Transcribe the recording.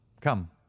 come